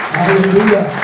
Hallelujah